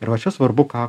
ir va čia svarbu ką